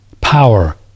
power